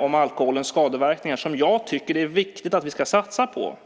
om alkoholens skadeverkningar, som jag tycker det är viktigt att satsa på.